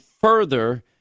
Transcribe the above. further